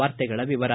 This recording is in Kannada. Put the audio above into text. ವಾರ್ತೆಗಳ ವಿವರ